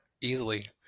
easily